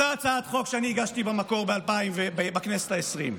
אותה הצעת חוק שאני הגשתי במקור בכנסת העשרים,